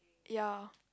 ya